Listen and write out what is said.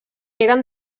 eren